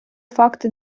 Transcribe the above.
факти